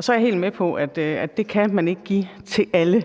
Så er jeg helt med på, at det kan man ikke give til alle.